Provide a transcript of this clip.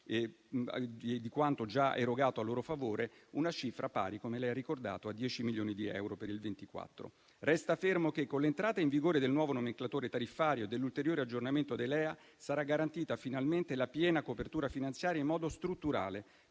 e di quanto già erogato a loro favore, una cifra pari - come lei ha ricordato - a 10 milioni di euro per il 2024. Resta fermo che con l'entrata in vigore del nuovo nomenclatore tariffario e dell'ulteriore aggiornamento dei LEA sarà garantita finalmente la piena copertura finanziaria in modo strutturale